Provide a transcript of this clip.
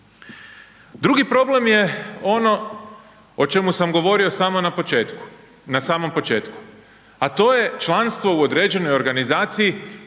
Drugi problem je ono o čemu sam govorio samo na početku, na samom početku, a to je članstvo u određenoj organizaciji